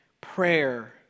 prayer